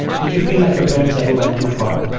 did you feel like your parents ever went too far?